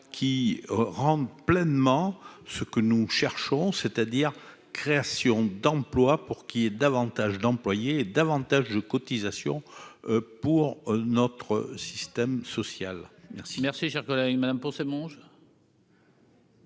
qui rende pleinement ce que nous cherchons, c'est-à-dire, création d'emplois pour qu'il y ait davantage d'employer davantage de cotisations pour notre système social. Merci, merci, cher collègue Madame pour ce monde.